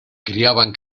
criaban